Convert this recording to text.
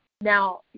Now